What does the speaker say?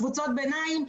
קבוצות ביניים,